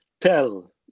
tell